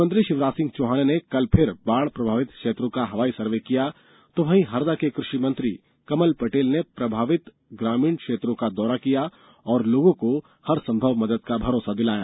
मुख्यमंत्री शिवराज सिंह चौहान ने कल फिर बाढ़ प्रभावित क्षेत्रों का हवाई सर्वे किया तो वहीं हरदा में कृषि मंत्री कमल पटेल ने प्रभावित ग्रामीण क्षेत्रों को दौरा किया और लोगों को हरसंभव मदद का भरोसा दिलाया